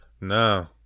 No